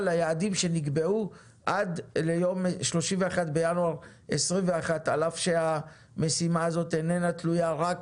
ליעדים שנקבעו עד ליום 31 בינואר 2022. על אף שהמשימה איננה תלויה רק